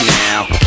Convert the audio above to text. now